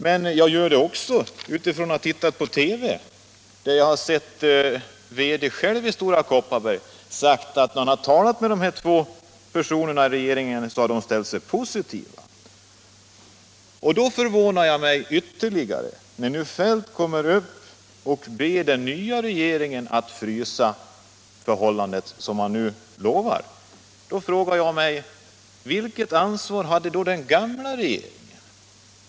Men jag har också reagerat då jag har tittat 10 december 1976 på TV, där jag hörde VD i Stora Kopparberg säga, att då han talaa med — dessa båda personer i den förra regeringen hade de ställt sig positiva. Om åtgärder för att Jag förvånas ytterligare när herr Feldt går upp och ber den nya regeringen = säkra sysselsättatt frysa förhållandet. Jag vill då ställa några frågor: Vilket ansvar hade = ningen inom den gamla regeringen?